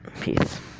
peace